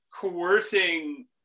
coercing